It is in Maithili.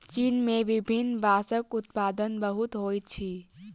चीन में विभिन्न बांसक उत्पादन बहुत होइत अछि